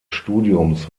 studiums